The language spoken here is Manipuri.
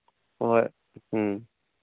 ꯍꯣꯏ ꯍꯣꯏ ꯎꯝ